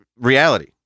reality